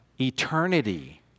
eternity